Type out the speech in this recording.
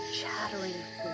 chattering